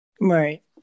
Right